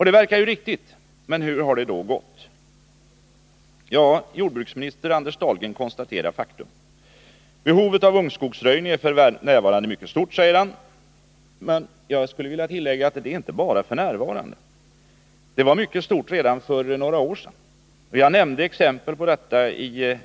Detta verkar ju riktigt, men hur har det gått? Jordbruksminister Anders Dahlgren konstaterar faktum. Han säger att behovet av ungskogsröjning är mycket stort f. n. Jag skulle vilja tillägga att behovet var stort redan för några år sedan. I min interpellation ger jag också exempel på detta.